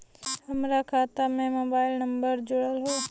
हमार खाता में मोबाइल नम्बर जुड़ल हो?